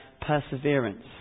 perseverance